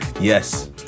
Yes